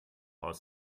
aus